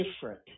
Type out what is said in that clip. different